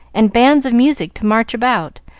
and bands of music to march about,